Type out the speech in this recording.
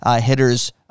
hitters